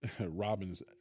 Robin's